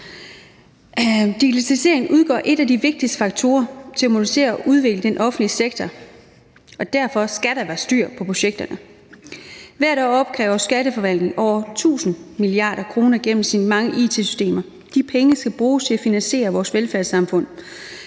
Digitalisering udgør en af de vigtigste faktorer for at modernisere og udvikle den offentlige sektor, og derfor skal der være styr på projekterne. Hvert år opkræver skatteforvaltningen over 1.000 mia. kr. gennem sine mange it-systemer. De penge skal bruges til at finansiere vores velfærdssamfund.